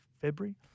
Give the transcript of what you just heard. February